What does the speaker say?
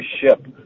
ship